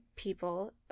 people